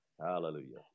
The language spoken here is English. Hallelujah